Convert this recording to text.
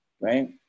right